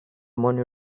money